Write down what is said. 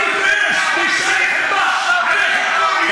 דקת דומייה ב-1957,